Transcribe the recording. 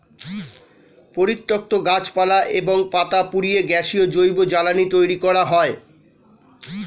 পরিত্যক্ত গাছপালা এবং পাতা পুড়িয়ে গ্যাসীয় জৈব জ্বালানি তৈরি করা হয়